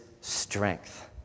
strength